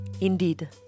Indeed